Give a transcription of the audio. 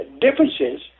differences